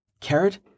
Carrot